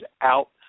out